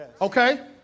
Okay